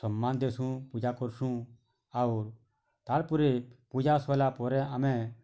ସମ୍ମାନ ଦେସୁଁ ପୂଜା କର୍ସୁଁ ଆଉ ତା'ର୍ ପରେ ପୂଜା ସରିଲା ପରେ ଆମେ